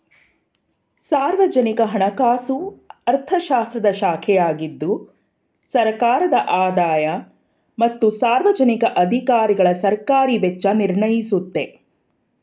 ಸಾರ್ವಜನಿಕ ಹಣಕಾಸು ಅರ್ಥಶಾಸ್ತ್ರದ ಶಾಖೆಯಾಗಿದ್ದು ಸರ್ಕಾರದ ಆದಾಯ ಮತ್ತು ಸಾರ್ವಜನಿಕ ಅಧಿಕಾರಿಗಳಸರ್ಕಾರಿ ವೆಚ್ಚ ನಿರ್ಣಯಿಸುತ್ತೆ